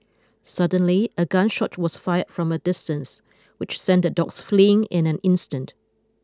suddenly a gun shot was fired from a distance which sent the dogs fleeing in an instant